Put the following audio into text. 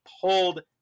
pulled